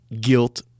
Guilt